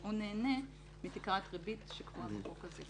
הוא נהנה מתקרת ריבית שקבועה בחוק הזה.